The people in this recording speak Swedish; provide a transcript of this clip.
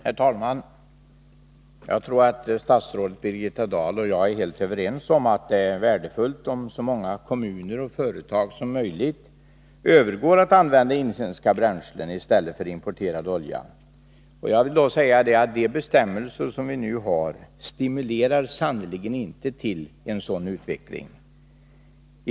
Herr talman! Jag tror att statsrådet Birgitta Dahl och jag är helt överens om att det är värdefullt om så många kommuner och företag som möjligt övergår till att använda inhemska bränslen i stället för importerad olja. De bestämmelser som vi nu har stimulerar sannerligen inte en sådan utveckling.